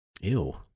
Ew